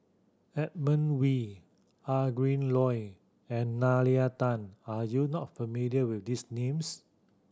Edmund Wee Adrin Loi and Nalla Tan are you not familiar with these names